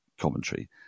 commentary